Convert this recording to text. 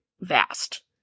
vast